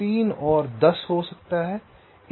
तो 3 10 हो सकता है